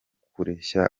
kureshya